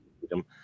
freedom